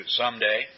someday